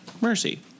Mercy